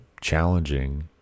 challenging